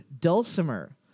Dulcimer